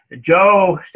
Joe